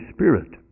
Spirit